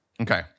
Okay